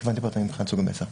התכוונתי פרטני מבחינת סוג המסר.